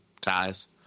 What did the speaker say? ties